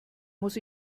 muss